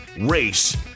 race